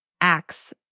Acts